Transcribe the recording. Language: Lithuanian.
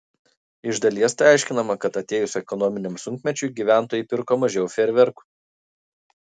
iš dalies tai aiškinama kad atėjus ekonominiam sunkmečiui gyventojai pirko mažiau fejerverkų